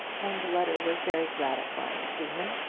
and the letter was very gratifying to him.